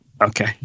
Okay